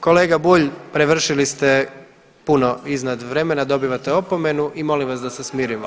Kolega Bulj prevršili ste puno iznad vremena dobivate opomenu i molim vas da se smirimo.